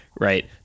right